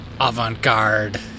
avant-garde